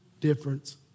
difference